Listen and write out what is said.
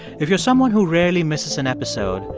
if you're someone who rarely misses an episode,